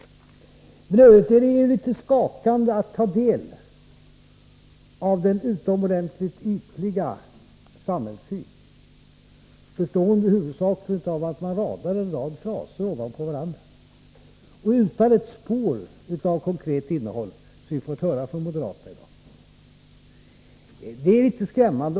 Men i övrigt är det litet omskakande att ta del av den utomordentligt ytliga samhällssyn, bestående huvudsakligen av en rad fraser uppradade efter varandra och utan spår av konkret innehåll, som vi har fått höra från moderaterna i dag. Det är litet skrämmande.